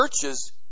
churches